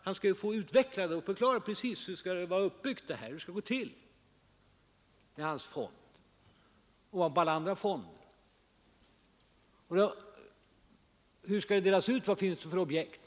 Han skall få utveckla det och förklara precis hur det skall gå till, hur hans fond ovanpå alla andra fonder skall vara uppbyggd, hur medlen skall delas ut och vad det finns för objekt.